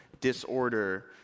disorder